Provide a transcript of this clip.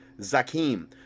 Zakim